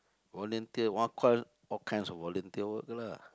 volunteer all kinds of volunteer work lah